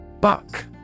Buck